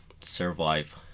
survive